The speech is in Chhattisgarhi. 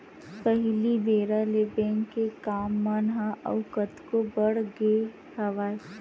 पहिली बेरा ले बेंक के काम मन ह अउ कतको बड़ गे हवय